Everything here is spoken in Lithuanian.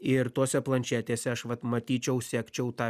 ir tuose planšetėse aš vat matyčiau sekčiau tą